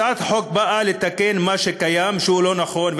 הצעת החוק באה לתקן מה שקיים והוא לא נכון.